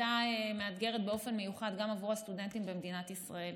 הייתה מאתגרת באופן מיוחד גם בעבור הסטודנטים במדינת ישראל.